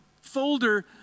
folder